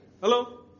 hello